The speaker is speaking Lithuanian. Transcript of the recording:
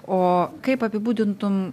o kaip apibūdintum